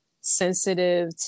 sensitive